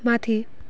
माथि